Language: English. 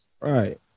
right